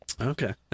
Okay